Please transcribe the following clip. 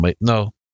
No